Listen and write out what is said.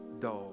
dog